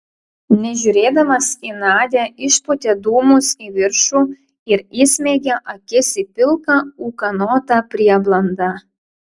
nežiūrėdamas į nadią išpūtė dūmus į viršų ir įsmeigė akis į pilką ūkanotą prieblandą